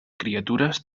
criatures